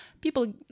people